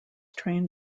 trained